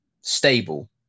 stable